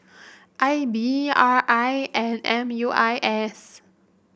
I B R I and M U I S